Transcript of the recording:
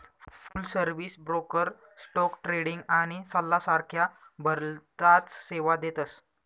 फुल service broker stock trading आणि सल्ला सारख्या भलताच सेवा देतस